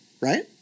right